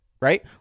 right